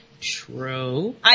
True